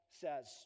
says